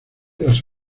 las